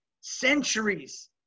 centuries